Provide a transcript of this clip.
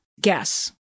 guess